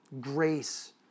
grace